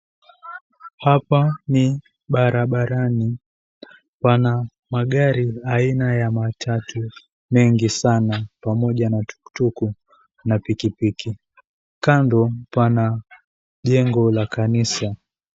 Hapa ni barabarani pana magari aina ya matatu mengi sana pamoja na tuktuk na pikipiki, kando pana jengo la kanisa.